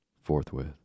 Forthwith